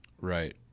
Right